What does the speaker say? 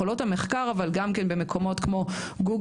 יכולות המחקר אבל גם כן במקומות כמו גוגל,